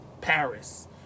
Paris